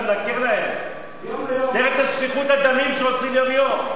תראה את שפיכות הדמים שעושים יום-יום.